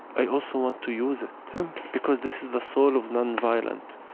i also want to use it because this is the soul of nonviolent.